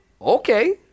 okay